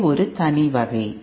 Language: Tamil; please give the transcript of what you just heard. அவை ஒரு தனி வகை